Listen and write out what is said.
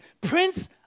Prince